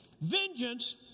vengeance